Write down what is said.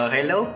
Hello